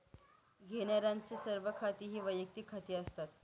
घेण्यारांचे सर्व खाती ही वैयक्तिक खाती असतात